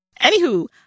Anywho